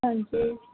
ਹਾਂਜੀ